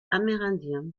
amérindiens